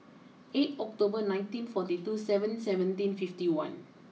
eight October nineteen forty two seven seventeen fifty one